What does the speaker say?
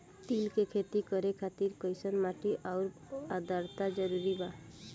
तिल के खेती करे खातिर कइसन माटी आउर आद्रता जरूरी बा?